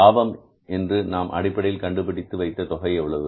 லாபம் என்று நாம் அடிப்படையில் கண்டுபிடித்த தொகை எவ்வளவு